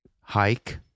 Hike